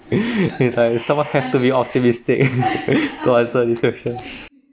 it's like someone have to be optimistic to answer this question